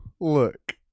look